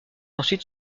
ensuite